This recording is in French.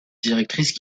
directrice